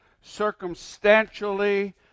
circumstantially